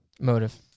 Motive